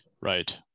Right